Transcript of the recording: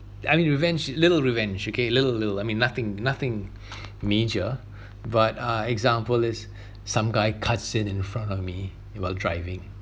I mean revenge is little revenge okay little little I mean nothing nothing major but uh example is some guy cuts in in front of me while driving